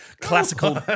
classical